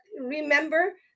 remember